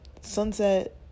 Sunset